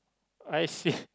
I see